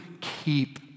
keep